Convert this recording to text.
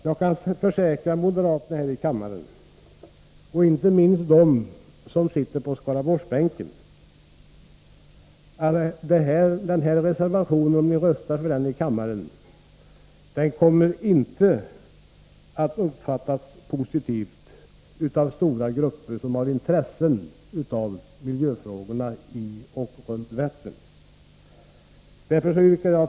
Jag kan försäkra moderaterna här i kammaren, inte minst dem som sitter på Skaraborgsbänken, att det inte kommer att uppfattas positivt av stora grupper som har intresse för miljöfrågorna när det gäller Vättern om ni röstar för reservationen.